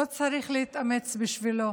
לא צריך להתאמץ בשבילו,